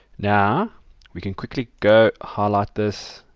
now we can quickly go, highlight this,